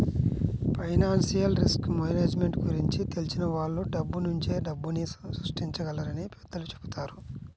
financial risk management గురించి తెలిసిన వాళ్ళు డబ్బునుంచే డబ్బుని సృష్టించగలరని పెద్దలు చెబుతారు